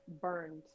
burned